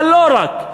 אבל לא רק,